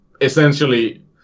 essentially